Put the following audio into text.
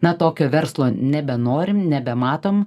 na tokio verslo nebenorim nebematom